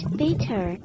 bitter